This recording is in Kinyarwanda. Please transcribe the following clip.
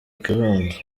kibondo